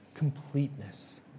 completeness